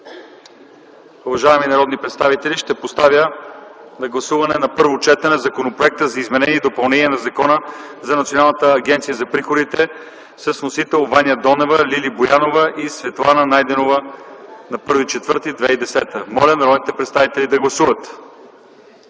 Уважаеми народни представители, ще поставя на гласуване на първо четене Законопроекта за изменение и допълнение на Закона за Националната агенция за приходите, с вносители: Ваня Донева, Лили Боянова и Светлана Найденова. Гласували 91 народни представители: за